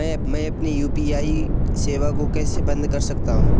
मैं अपनी यू.पी.आई सेवा को कैसे बंद कर सकता हूँ?